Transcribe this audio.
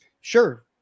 sure